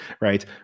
right